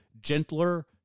gentler